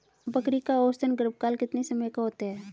बकरी का औसतन गर्भकाल कितने समय का होता है?